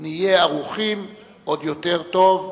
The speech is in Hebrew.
נהיה ערוכים עוד יותר טוב.